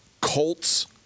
Colts